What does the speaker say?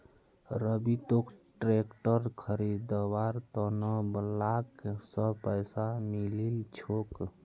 रवि तोक ट्रैक्टर खरीदवार त न ब्लॉक स पैसा मिलील छोक